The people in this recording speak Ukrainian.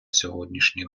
сьогоднішній